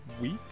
week